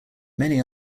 many